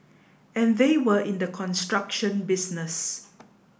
and they were in the construction business